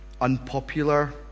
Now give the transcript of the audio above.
unpopular